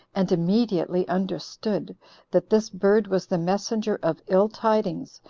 and immediately understood that this bird was the messenger of ill tidings,